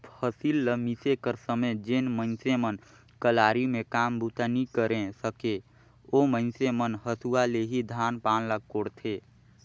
फसिल ल मिसे कर समे जेन मइनसे मन कलारी मे काम बूता नी करे सके, ओ मइनसे मन हेसुवा ले ही धान पान ल कोड़थे